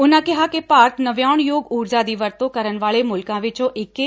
ਉਨ੍ਹਾ ਕਿਹਾ ਕਿ ਭਾਰਤ ਨਵਿਆਉਣ ਯੋਗ ਊਰਜਾ ਦੀ ਵਰਤੋਂ ਕਰਨ ਵਾਲੇ ਮੁਲਕਾਂ ਵਿਚੋਂ ਇਕ ਏ